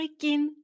freaking